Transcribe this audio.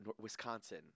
Wisconsin